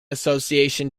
association